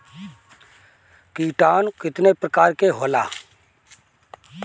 किटानु केतना प्रकार के होला?